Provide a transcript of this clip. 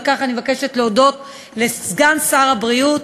ואני מבקשת להודות לסגן שר הבריאות,